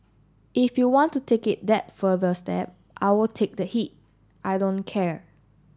if you want to take it that further step I will take the heat I don't care